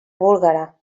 búlgara